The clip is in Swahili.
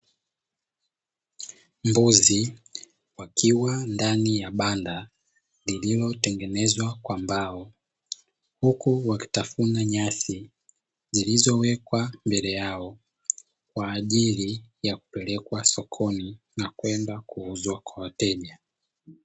Mbuzi wakiwa ndani ya banda lililotengenezwa kwa mbao; huku wakitafuna nyasi zilizowekwa mbele yao, kwa ajili ya kupelekwa sokoni na kwenda kuuzwa kwa wateja.